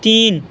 تین